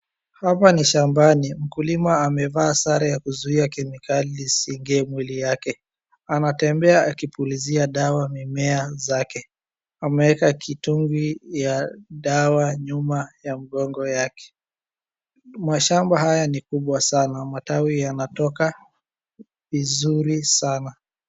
Hapa ni shambani, mkulima amevaa sare ya kuzuia kemikali isiingie mwili yake, anatembea akipulizia dawa mimea zake, ameeka kitungi ya dawa nyuma ya mgongo yake, mashamba haya ni kubwa sana, matawi yanatoka vizuri sana.